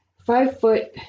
five-foot